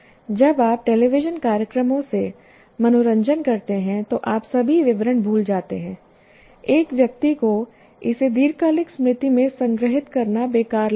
जब आप टेलीविजन कार्यक्रमों से मनोरंजन करते हैं तो आप सभी विवरण भूल जाते हैं एक व्यक्ति को इसे दीर्घकालिक स्मृति में संग्रहीत करना बेकार लगेगा